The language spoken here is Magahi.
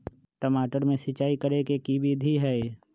टमाटर में सिचाई करे के की विधि हई?